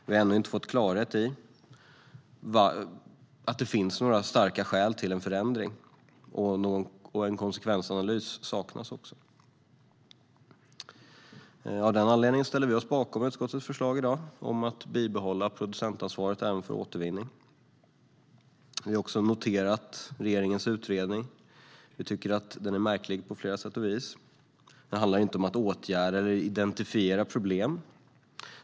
Vi har ännu inte kunnat få klarhet i om det finns några starka skäl till en förändring, och konsekvensanalys saknas. Av den anledningen ställer vi sverigedemokrater oss bakom utskottets förslag att bibehålla producentansvaret även för återvinning. Vi har noterat regeringens utredning. Vi tycker att den är märklig på flera sätt och vis. Det handlar inte om att åtgärda eller identifiera problem.